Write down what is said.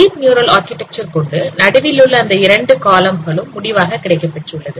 deep neural architecture கொண்டு நடுவிலுள்ள அந்த இரண்டு காலம் களும் முடிவாக கிடைக்கப்பெற்றுள்ளது